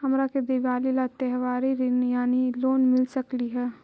हमरा के दिवाली ला त्योहारी ऋण यानी लोन मिल सकली हे?